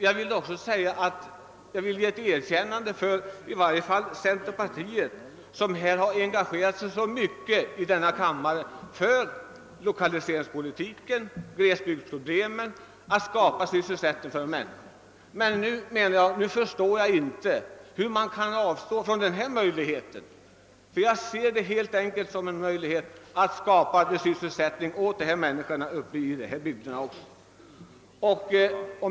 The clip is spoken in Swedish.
Jag vill i synnerhet ge ett erkännande åt centerpartiet, som i riksdagen hårt engagerat sig för lokaliseringspolitiken och för åtgärder i syfte att skapa sysselsättning åt människorna i glesbygderna. Jag kan då inte förstå hur man kan avstå från denna möjlighet. Jag ser nämligen detta som en möjlighet att skapa sysselsättning åt dem som bor i dessa bygder.